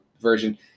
version